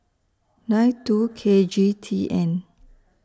nine two K G T N